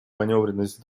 манёвренность